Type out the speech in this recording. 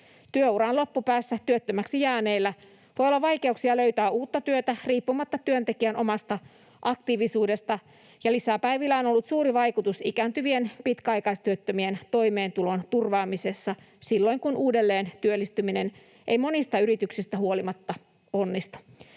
Työuran loppupäässä työttömäksi jääneillä voi olla vaikeuksia löytää uutta työtä riippumatta työntekijän omasta aktiivisuudesta, ja lisäpäivillä on ollut suuri vaikutus ikääntyvien pitkäaikaistyöttömien toimeentulon turvaamiseen silloin, kun uudelleen työllistyminen ei monista yrityksistä huolimatta onnistu.